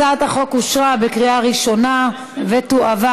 הצעת החוק אושרה בקריאה ראשונה ותועבר